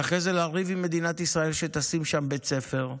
ואחרי זה לריב עם מדינת ישראל שתשים שם בית ספר.